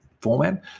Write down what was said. format